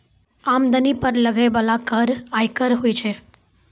आमदनी पर लगै बाला कर आयकर होय छै